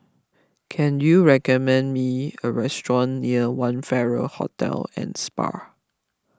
can you recommend me a restaurant near one Farrer Hotel and Spa